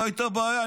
לא הייתה בעיה,